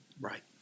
Right